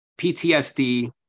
PTSD